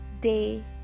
day